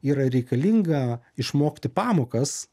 yra reikalinga išmokti pamokas